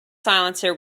silencer